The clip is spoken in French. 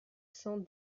cent